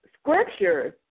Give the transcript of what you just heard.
scriptures